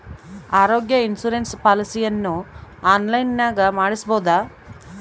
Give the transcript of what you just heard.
ಆರೋಗ್ಯ ಇನ್ಸುರೆನ್ಸ್ ಪಾಲಿಸಿಯನ್ನು ಆನ್ಲೈನಿನಾಗ ಮಾಡಿಸ್ಬೋದ?